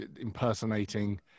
impersonating